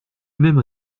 même